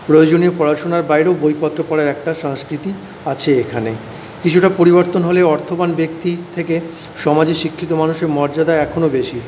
প্রয়োজনীয় পড়াশুনার বাইরেও বইপত্র পড়ার একটা সংস্কৃতি আছে এখানে কিছুটা পরিবর্তন হলেও অর্থবান ব্যক্তির থেকে সমাজে শিক্ষিত মানুষের মর্যাদা এখনও বেশি